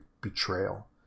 betrayal